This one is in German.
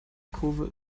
kurve